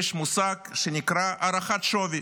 יש מושג שנקרא "הערכת שווי".